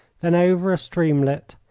then over a streamlet,